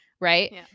right